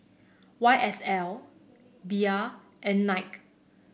Y S L Bia and Knight